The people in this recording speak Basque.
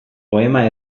poema